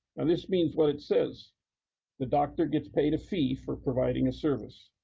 and this means what it says the doctor gets paid a fee for providing a service.